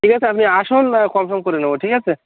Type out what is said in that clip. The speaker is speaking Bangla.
ঠিক আছে আপনি আসুন কম সম করে নেবো ঠিক আছে